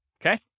okay